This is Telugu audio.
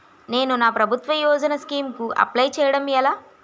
నేను నా ప్రభుత్వ యోజన స్కీం కు అప్లై చేయడం ఎలా?